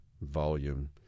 volume